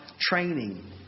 training